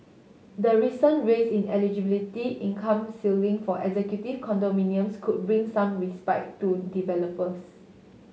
the recent raise in eligibility income ceiling for executive condominiums could bring some respite to developers